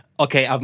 okay